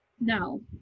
no